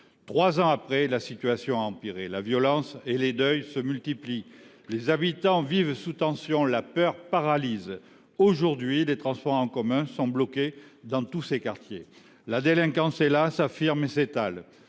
Trois ans après, la situation a empiré. La violence et les deuils se multiplient. Les habitants vivent sous tension. La peur paralyse. Aujourd’hui, les transports en commun sont bloqués dans tous ces quartiers. La délinquance est là, s’affirme et s’étale.